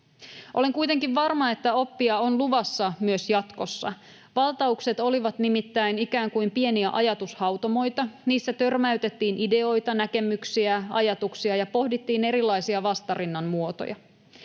Olen kuitenkin varma, että oppia on luvassa myös jatkossa. Valtaukset olivat nimittäin ikään kuin pieniä ajatushautomoita: niissä törmäytettiin ideoita, näkemyksiä ja ajatuksia ja pohdittiin erilaisia vastarinnan muotoja.